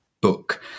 book